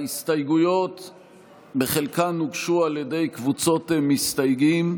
ההסתייגויות בחלקן הוגשו על ידי קבוצות מסתייגים,